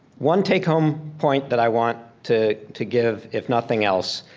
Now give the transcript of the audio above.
one take home point that i want to to give if nothing else,